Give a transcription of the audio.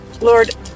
lord